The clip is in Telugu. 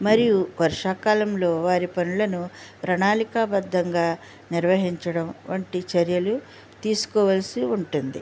మరియు వర్షాకాలంలో వారి పనులను ప్రణాళికా బద్ధంగా నిర్వహించడం వంటి చర్యలు తీసుకోవాల్సి ఉంటుంది